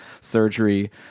surgery